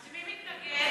אז מי מתנגד?